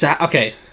Okay